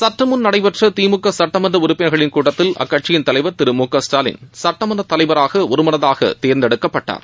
சற்றுமுன் நடைபெற்ற திமுக சுட்டமன்ற உறுப்பினர்களின் கூட்டத்தில் அக்கட்சியின் தலைவர் திரு மு க ஸ்டாலின் சட்டமன்ற தலைவராக ஒருமனதாக தேர்ந்தெடுக்கப்பட்டார்